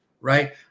right